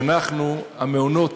המעונות